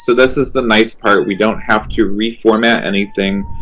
so this is the nice part. we don't have to reformat anything.